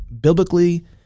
biblically